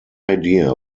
idea